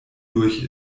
durch